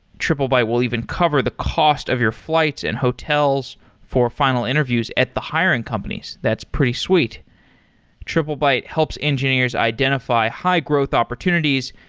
triplebyte will even cover the cost of your flights and hotels for final interviews at the hiring companies. that's pretty sweet triplebyte helps engineers identify high-growth opportunities,